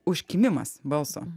užkimimas balso